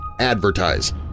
advertise